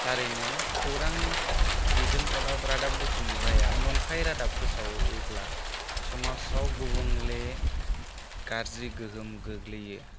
थारैनो खौरां बिजों एबा रादाब बुथुमग्राया नंखाय रादाब फोसावोब्ला समाजाव गुबुंले गाज्रि गोहोम गोग्लैयो